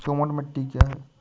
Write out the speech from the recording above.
दोमट मिट्टी क्या है?